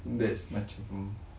that's macam